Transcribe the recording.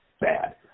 bad